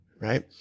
Right